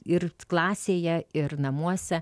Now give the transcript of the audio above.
ir klasėje ir namuose